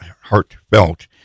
heartfelt